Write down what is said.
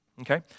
okay